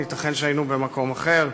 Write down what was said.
ייתכן שהיינו במקום אחר.